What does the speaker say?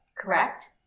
correct